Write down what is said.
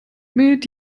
mit